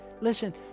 Listen